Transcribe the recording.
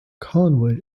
collingwood